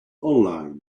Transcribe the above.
online